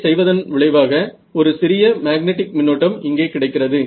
இதைச் செய்வதன் விளைவாக ஒரு சிறிய மேக்னெட்டிக் மின்னோட்டம் இங்கே கிடைக்கிறது